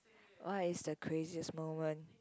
what is the craziest moment